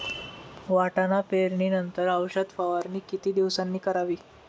वाटाणा पेरणी नंतर औषध फवारणी किती दिवसांनी करावी?